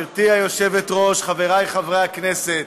גברתי היושבת-ראש, חבריי חברי הכנסת,